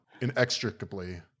inextricably